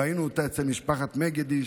ראינו אותה אצל משפחת מגידיש,